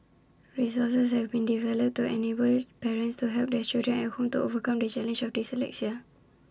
resources have been developed to enable parents to help their children at home to overcome the challenge of dyslexia